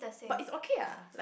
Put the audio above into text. but it's okay ah like